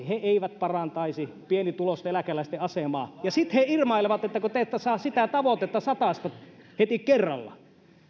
he eivät parantaisi pienituloisten eläkeläisten asemaa ja sitten he irvailevat että te ette saa sitä tavoitetta satasta heti kerralla